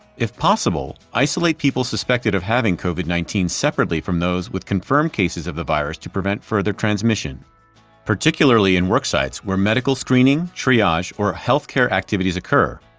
if possible, isolate people suspected of having covid nineteen separately from those with confirmed cases of the virus to prevent further transmission particularly in worksites where medical screening, triage, or healthcare activities occur,